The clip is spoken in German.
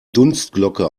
dunstglocke